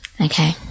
Okay